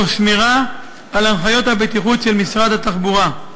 תוך שמירה על הנחיות הבטיחות של משרד התחבורה.